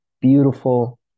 beautiful